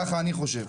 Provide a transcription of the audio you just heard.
ככה אני חושב.